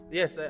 yes